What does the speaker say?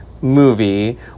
movie